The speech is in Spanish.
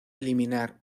eliminar